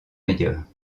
meilleurs